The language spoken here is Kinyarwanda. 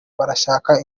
barashaka